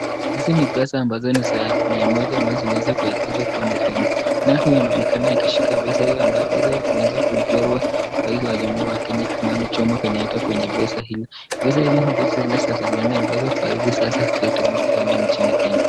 Hizi ni pesa ambazo ni za mia moja ambazo zimeweza kuekezwa kua ni vingi, naye huyu anaonekana akishika pesa hiyo ambayo pesa imeweza kuchorwa rais wa jamuhuri wa Kenya ambaye ni Jomo Kenyatta kwenye pesa hiyo, pesa hili ni pesa ile za zamani ambazo kwa hivi sasa hazitumiki tena mjini Kenya.